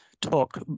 talk